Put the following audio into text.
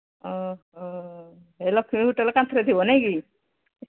ଓ ହ ଲକ୍ଷ୍ମୀ ହୋଟେଲ କାନ୍ଥରେ ଥିବ ନାଇଁକ କି